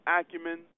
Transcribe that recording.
acumen